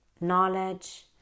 knowledge